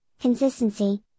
consistency